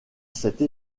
cette